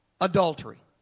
adultery